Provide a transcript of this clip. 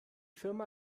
firma